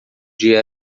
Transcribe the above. dia